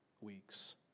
weeks